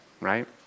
right